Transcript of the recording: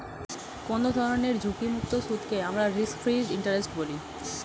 কোনো ধরনের ঝুঁকিমুক্ত সুদকে আমরা রিস্ক ফ্রি ইন্টারেস্ট বলি